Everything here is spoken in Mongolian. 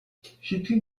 хэдхэн